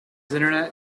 internet